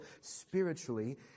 spiritually